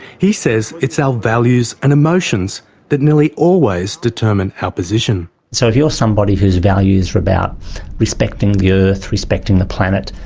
he says it's our values and emotions that nearly always determine our position. so if you're somebody whose values are about respecting the earth, respecting the planet,